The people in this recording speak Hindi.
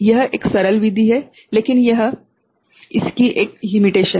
यह एक सरल विधि है लेकिन यह इसकी एक सीमा है